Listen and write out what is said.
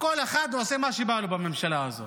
שכל אחד עושה מה שבא לו בממשלה הזאת.